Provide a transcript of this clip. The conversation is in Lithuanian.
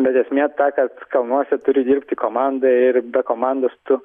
bet esmė ta kad kalnuose turi dirbti komanda ir be komandos tu